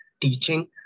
teaching